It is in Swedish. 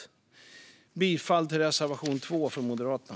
Jag yrkar bifall till reservation 2 från Moderaterna.